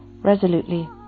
resolutely